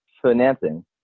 financing